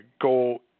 go